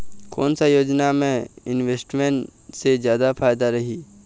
कोन सा योजना मे इन्वेस्टमेंट से जादा फायदा रही?